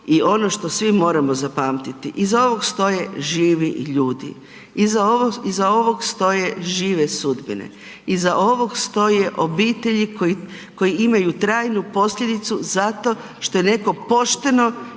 I ono što svi moramo zapamtiti iza ovog stoje živi ljudi, iza ovog stoje žive sudbine, iza ovog stoje obitelji koje imaju trajnu posljedicu zato što je netko pošteno